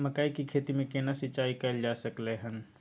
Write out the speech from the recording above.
मकई की खेती में केना सिंचाई कैल जा सकलय हन?